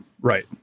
Right